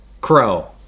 Crow